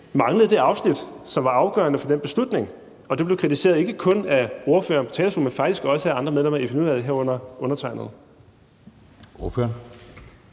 manglede det afsnit, som var afgørende for den beslutning; og at det blev kritiseret, ikke kun af ordføreren på talerstolen, men faktisk også af andre medlemmer i Epidemiudvalget, herunder undertegnede?